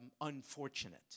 unfortunate